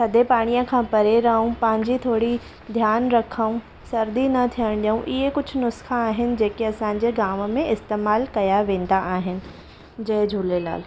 थधे पाणीअ खां परे रहूं पंहिंजी थोरी ध्यानु रखूं सर्दी न थियण ॾियूं इहे कुझु नुस्ख़ा आहिनि जेके असांजे गांव में इस्तेमालु कयां वेंदा आहिनि जय झूलेलाल